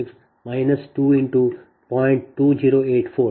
0832 0